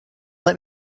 let